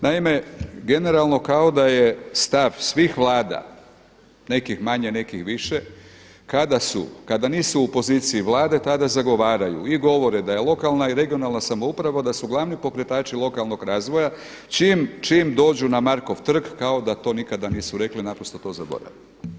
Naime, generalno kao da je stav svih vlada nekih manje, nekih više, kada nisu u poziciji vlade tada zagovaraju i govore da je lokalna i regionalna samouprave da su glavni pokretači lokalnog razvoja čim dođu na Markov trg kao da to nikada nisu rekli naprosto to zaborave.